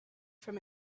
from